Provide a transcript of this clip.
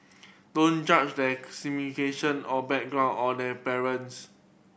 don't judge their or background or their parents